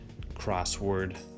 crossword